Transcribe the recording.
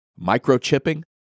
microchipping